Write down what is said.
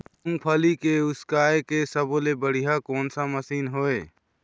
मूंगफली के उसकाय के सब्बो ले बढ़िया कोन सा मशीन हेवय?